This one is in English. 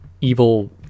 evil